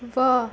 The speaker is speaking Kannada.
ವಾಹ್